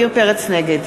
נגד